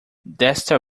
desta